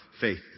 faith